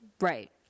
Right